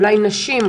אולי בקרב נשים.